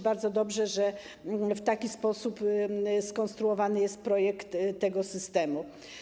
Bardzo dobrze, że w taki sposób skonstruowany jest projekt tego systemu.